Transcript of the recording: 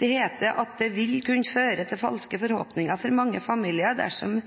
Det sies at det vil kunne føre til falske forhåpninger for mange familier dersom